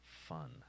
fun